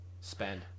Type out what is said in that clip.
spend